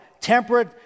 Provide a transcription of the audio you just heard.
temperate